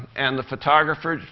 and the photographer,